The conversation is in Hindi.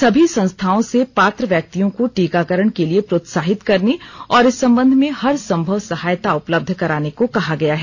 सभी संस्थाओं से पात्र व्यक्तियों को टीकाकरण के लिए प्रोत्साहित करने और इस संबंध में हर संभव सहायता उपलब्ध कराने को कहा गया है